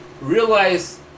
realize